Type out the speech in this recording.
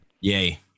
Yay